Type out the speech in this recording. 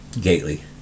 Gately